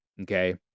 okay